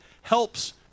helps